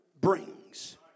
brings